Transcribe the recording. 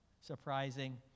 surprising